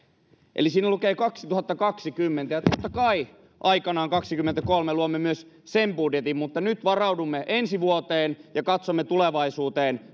eli siinä lukee kaksituhattakaksikymmentä ja totta kai aikanaan kaksikymmentäkolme luomme myös sen budjetin mutta nyt varaudumme ensi vuoteen ja katsomme tulevaisuuteen